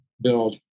build